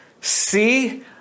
See